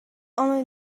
only